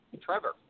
Trevor